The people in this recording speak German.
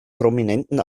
prominenten